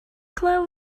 club